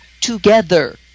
together